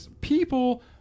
people